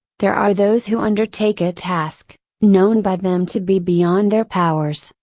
there are those who undertake a task, known by them to be beyond their powers,